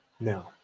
No